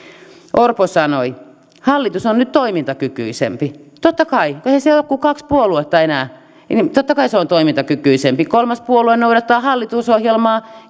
orpo sanoi hallitus on nyt toimintakykyisempi totta kai eihän siellä ole kuin kaksi puoluetta enää totta kai se on toimintakykyisempi kolmas puolue noudattaa hallitusohjelmaa